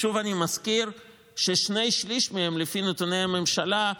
שוב, אני מזכיר שלפי נתוני הממשלה,